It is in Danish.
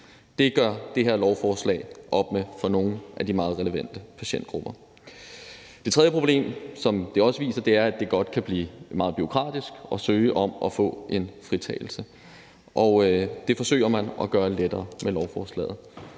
Det gør det her lovforslag op med for nogle af de meget relevante patientgrupper. Det tredje problem, som det også peger på, er, at det godt kan blive meget bureaukratisk at søge om og få en fritagelse. Det forsøger man at gøre lettere med lovforslaget.